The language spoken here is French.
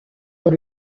dans